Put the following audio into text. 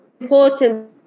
important